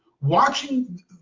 watching